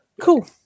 Cool